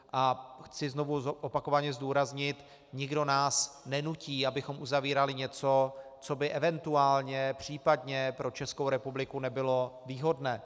A chci znovu, opakovaně zdůraznit, nikdo nás nenutí, abychom uzavírali něco, co by eventuálně, případně, pro Českou republiku nebylo výhodné.